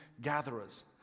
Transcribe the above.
gatherers